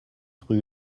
rue